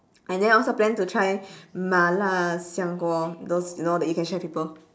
and then also planning to try 麻辣香锅:ma la xiang guo those you know that you can share with people